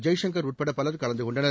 ஜெய்சங்கர் உட்பட பலர் கலந்து கொண்டனர்